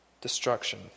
destruction